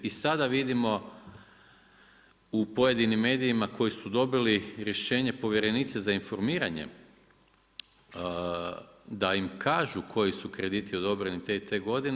I sada vidimo u pojedinim medijima koji su dobili rješenje povjerenici za informiranje, da im kažu koji su krediti odobreni te i te godine.